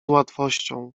łatwością